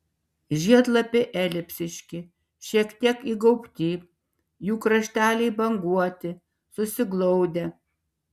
žiedlapiai elipsiški šiek tiek įgaubti jų krašteliai banguoti susiglaudę